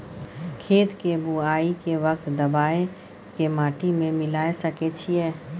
खेत के बुआई के वक्त दबाय के माटी में मिलाय सके छिये?